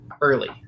early